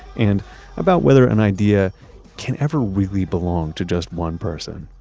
and about whether an idea can ever really belong to just one person.